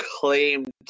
claimed